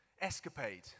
escapade